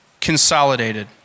consolidated